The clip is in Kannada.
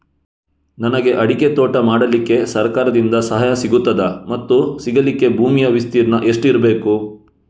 ನನಗೆ ಅಡಿಕೆ ತೋಟ ಮಾಡಲಿಕ್ಕೆ ಸರಕಾರದಿಂದ ಸಹಾಯ ಸಿಗುತ್ತದಾ ಮತ್ತು ಸಿಗಲಿಕ್ಕೆ ಭೂಮಿಯ ವಿಸ್ತೀರ್ಣ ಎಷ್ಟು ಇರಬೇಕು?